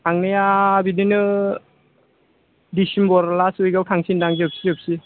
थांनाया बिदिनो December last उइकआव थांसैदां जिपसि जिपसि